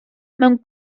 mewn